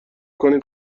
کنید